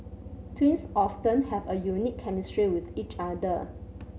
twins often have a unique chemistry with each other